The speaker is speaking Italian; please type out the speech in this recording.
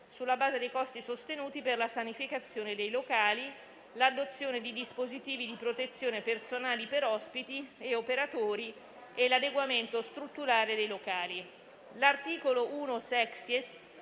sulla base dei costi sostenuti per la sanificazione dei locali, l'adozione di dispositivi di protezione personale per ospiti e operatori e l'adeguamento strutturale dei locali. L'articolo